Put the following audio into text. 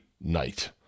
night